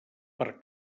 per